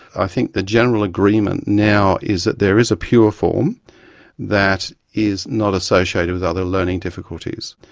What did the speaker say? i think the general agreement now is that there is a pure form that is not associated with other learning difficulties.